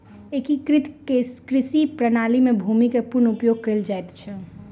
एकीकृत कृषि प्रणाली में भूमि के पूर्ण उपयोग कयल जाइत अछि